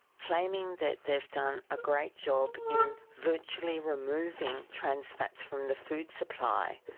claiming that they've done a great job in virtually removing trans fats from the food supply,